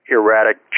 erratic